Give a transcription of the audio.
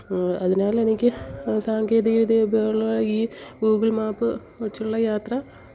അതിനാൽ എനിക്ക് സാങ്കേതികവിദ്യ ഉപയോഗമുള്ള ഈ ഗൂഗിള് മാപ്പ് വച്ചുള്ള യാത്ര